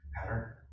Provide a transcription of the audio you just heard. pattern